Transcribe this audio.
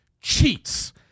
cheats